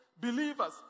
believers